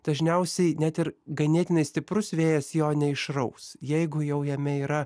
dažniausiai net ir ganėtinai stiprus vėjas jo neišraus jeigu jau jame yra